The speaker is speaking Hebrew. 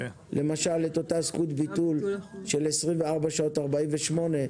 למשל, אותה זכות ביטול של 24 שעות או 48,